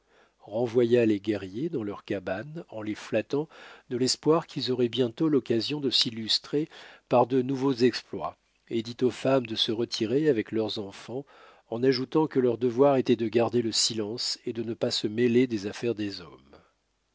renvoya les guerriers dans leurs cabanes en les flattant de l'espoir qu'ils auraient bientôt l'occasion de s'illustrer par de nouveaux exploits et dit aux femmes de se retirer avec leurs enfants en ajoutant que leur devoir était de garder le silence et de ne pas se mêler des affaires des hommes